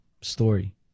Story